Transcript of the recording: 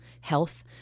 health